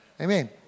Amen